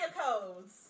codes